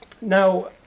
now